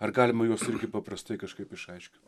ar galima juos paprastai kažkaip išaiškint